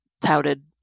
touted